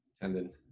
Tendon